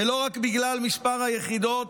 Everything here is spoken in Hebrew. ולא רק בגלל מספר היחידות,